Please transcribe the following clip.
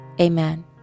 Amen